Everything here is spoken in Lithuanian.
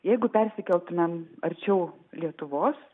jeigu persikeltumėm arčiau lietuvos